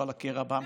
לא לקרע בעם.